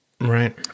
Right